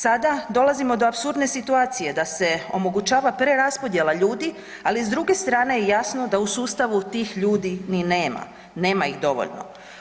Sada dolazimo do apsurdne situacije da se omogućava preraspodjela ljudi, ali s druge strane je jasno da u sustavu tih ljudi ni nema, nema ih dovoljno.